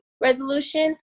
Resolution